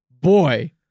Boy